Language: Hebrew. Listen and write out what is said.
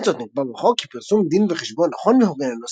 לעומת זאת נקבע בחוק כי פרסום דין וחשבון נכון והוגן על